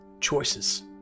choices